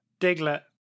Diglett